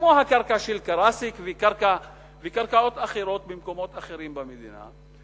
כמו הקרקע של קרסיק וקרקעות אחרות במקומות אחרים במדינה,